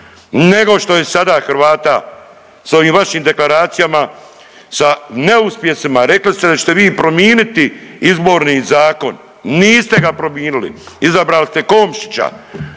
nego što je sada Hrvata s ovim vašim deklaracijama, sa neuspjesima. Rekli ste da ćete vi prominiti izborni zakon, niste ga prominili, izabrali ste Komšića